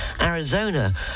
Arizona